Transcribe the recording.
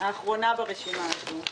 אבל בדקנו את הרשימות לפני כן וראינו שלכולן